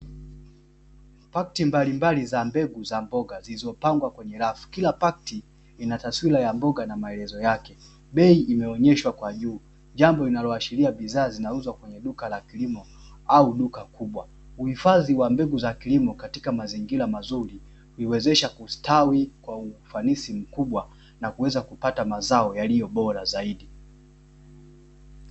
Pakiti mbalimbali za mbegu za mboga zilizopangwa kwenye rafu, kila pakiti ina taswira ya mboga na maelezo yake bei imeonyeshwa kwa juu jambo linaloashiria bidhaa zinauzwa kwenye duka la kilimo au duka kubwa. Uhifadhi wa mbegu za kilimo katika mazingira mazuri Huiwezesha kustawi kwa ufanisi mkubwa na kuweza kupata mazao yaliyo bora zaidi.